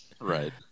right